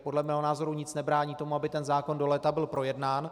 Podle mého názoru nic nebrání tomu, aby ten zákon byl do léta projednán.